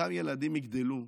אותם ילדים יגדלו,